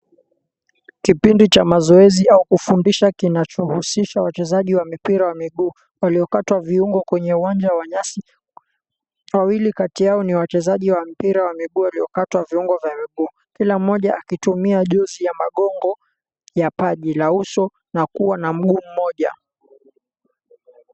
Kipindi cha mazoezi au kufundisha kinachohusisha wachezaji wa mipira wa miguu waliokatwa viungo kwenye uwanja wa nyasi. Wawili kati yao ni wachezaji wa mpira wa miguu waliokatwa viungo vya mguu. Kila mmoja akitumia juzi ya magongo ya paji la uso na kuwa na mguu mmoja.